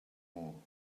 all